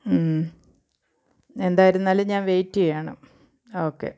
എന്തായിരുന്നാലും ഞാൻ വെയിറ്റ് ചെയ്യുകയാണ് ഒക്കെ